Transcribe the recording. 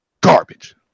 garbage